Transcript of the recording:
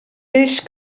peix